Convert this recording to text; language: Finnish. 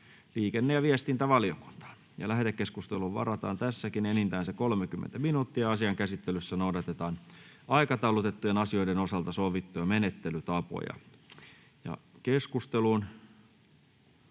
liikenne‑ ja viestintävaliokuntaan. Lähetekeskusteluun varataan enintään 30 minuuttia. Asian käsittelyssä noudatetaan aikataulutettujen asioiden osalta sovittuja menettelytapoja. — Edustaja